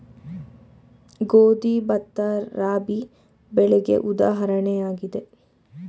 ಗೋಧಿ, ಭತ್ತ, ರಾಬಿ ಬೆಳೆಗೆ ಉದಾಹರಣೆಯಾಗಿದೆ